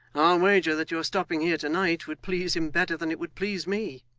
wager that your stopping here to-night would please him better than it would please me